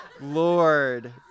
Lord